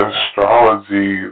Astrology